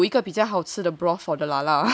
我觉得我可以煮一个比较好吃的 broth for the lala